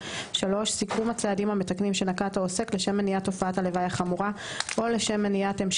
(3) סיכום הצעדים המתקנים שנקט העוסק לשם מניעת תופעת